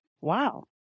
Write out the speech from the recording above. Wow